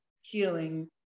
healing